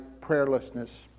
prayerlessness